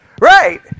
Right